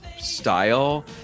style